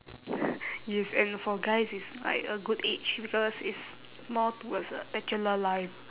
yes and for guys it's like a good age because it's more towards a bachelor life